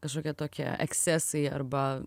kažkokie tokie ekscesai arba